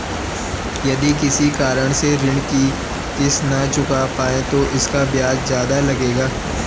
यदि किसी कारण से ऋण की किश्त न चुका पाये तो इसका ब्याज ज़्यादा लगेगा?